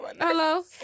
Hello